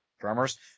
Drummers